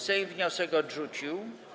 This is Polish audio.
Sejm wniosek odrzucił.